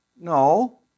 No